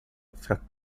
fra